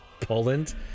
Poland